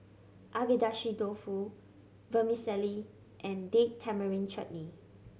Agedashi Dofu Vermicelli and Date Tamarind Chutney